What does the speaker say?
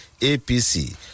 APC